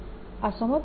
120dr2 120dr